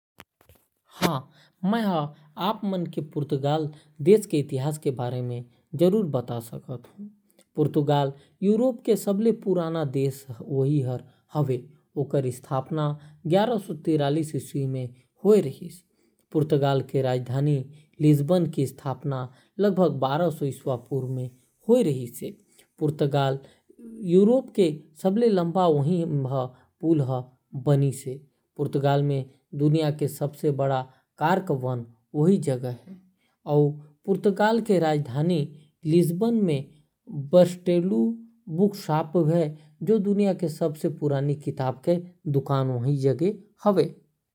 पुर्तगाल के इतिहास करीबन चालीस लाख बछर पुराना हे। पुर्तगाल के इतिहास के बारे म कुछ खास बात । पुर्तगाल के नाम संयुक्त रोमानो-सेल्टिक भाषा के एक शब्द पोर्टस कैले ले बने हावय। पुर्तगाल दक्षिण-पश्चिम यूरोप के इबेरियन प्रायद्वीप म स्थित हावय। पुर्तगाल के इतिहास रोमन साम्राज्य के पतन के बाद जर्मनिक जनजाति के शासन ले सुरू होवत हावय।